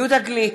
יהודה גליק,